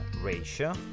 ratio